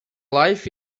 life